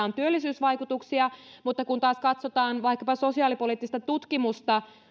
on työllisyysvaikutuksia mutta kun taas katsotaan vaikkapa sosiaalipoliittista tutkimusta